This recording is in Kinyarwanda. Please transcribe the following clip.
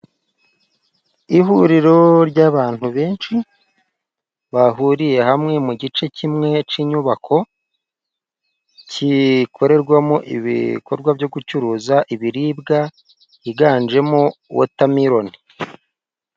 Ihuriro ry'abantu benshi bahuriye hamwe mu gice kimwe cy'inyubako, gikorerwamo ibikorwa byo gucuruza ibiribwa higanjemo wotameloni.